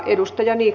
arvoisa puhemies